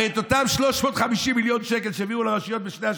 הרי את אותם 350 מיליון שקל שהעבירו לרשויות בשתי השנים,